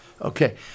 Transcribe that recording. okay